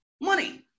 Money